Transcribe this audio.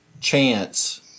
chance